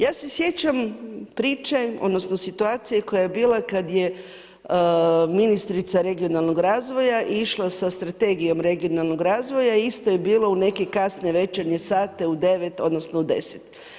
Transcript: Ja se sjećam priče, odnosno, situacije koja je bila kada je ministrica regionalnog razvoja, išla sa strategijom regionalnog razvoja i isto je bila u neke kasne večernje sate u 9 odnosno, u 10.